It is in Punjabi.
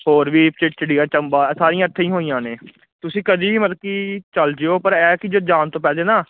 ਹੋਰ ਵੀ ਤਾਂ ਚਿੜੀਆਂ ਦਾ ਚੰਬਾ ਸਾਰੀਆਂ ਇੱਥੇ ਹੀ ਹੋਈਆਂ ਨੇ ਤੁਸੀਂ ਕਦੀ ਵੀ ਮਤਲਬ ਕਿ ਚੱਲ ਜਾਇਓ ਪਰ ਐਤਕੀਂ ਜੇ ਜਾਣ ਤੋਂ ਪਹਿਲੇ ਨਾ